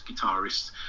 guitarists